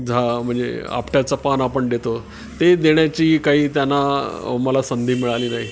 झा म्हणजे आपट्याचं पान आपण देतो ते देण्याची काही त्यांना मला संधी मिळाली नाही